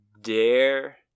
dare